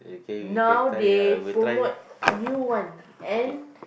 now they promote new one and